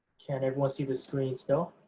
can everyone see the screen still,